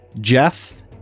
Jeff